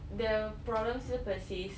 the problem still persists